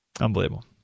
unbelievable